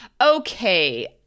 okay